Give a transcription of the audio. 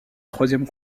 troisième